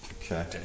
Okay